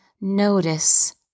notice